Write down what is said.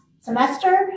semester